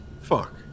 Fuck